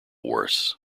worse